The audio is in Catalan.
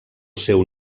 seu